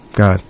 God